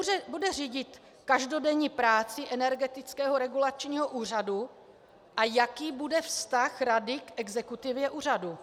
Kdo bude řídit každodenní práci Energetického regulačního úřadu a jaký bude vztah rady k exekutivě úřadu?